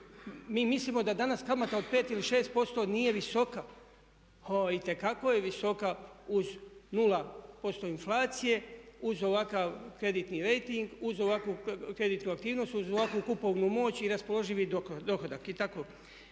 Mi mislimo da danas kamata od 5 ili 6% nije visoka. O, itekako je visoka uz 0% inflacije, uz ovakav kreditni rejting, uz ovakvu kreditnu aktivnost, uz ovakvu kupovnu moć i raspoloživi dohodak.